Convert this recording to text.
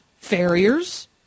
farriers